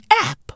app